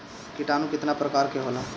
किटानु केतना प्रकार के होला?